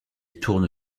tourne